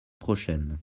prochaine